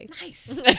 nice